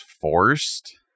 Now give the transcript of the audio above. forced